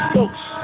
Folks